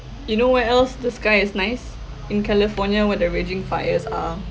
you know where else the sky is nice in california where the raging fires are